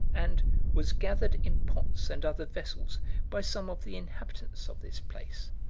and was gathered in pots and other vessels by some of the inhabitants of this place.